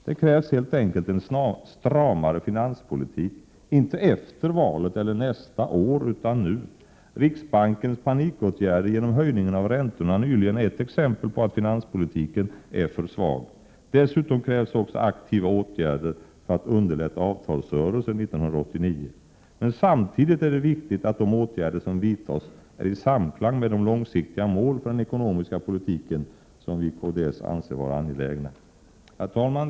Det krävs helt enkelt en stramare finanspolitik. Inte efter valet, eller nästa år, utan nu. Riksbankens panikåtgärder genom höjningen av räntorna nyligen är ett exempel på att finanspolitiken är för svag. Dessutom krävs också aktiva åtgärder för att underlätta avtalsrörelsen 1989. Men samtidigt är det viktigt att de åtgärder som vidtas är i samklang med de långsiktiga mål för den ekonomiska politiken som vi i kds anser vara angelägen.